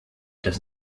does